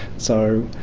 so,